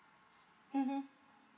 (uh huh)